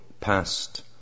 past